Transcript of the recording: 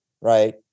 right